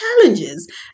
challenges